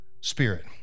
Spirit